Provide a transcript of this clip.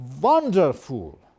wonderful